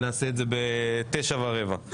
ונעשה את זה בתשע ורבע.